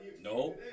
No